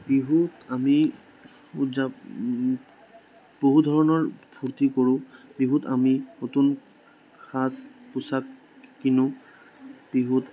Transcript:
বিহুত আমি উদযা বহুধৰণৰ ফূৰ্তি কৰোঁ বিহুত আমি নতুন সাজ পোছাক কিনো বিহুত